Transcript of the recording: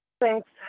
Thanks